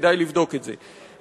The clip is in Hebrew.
כדאי לבדוק את זה.